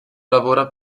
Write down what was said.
lavora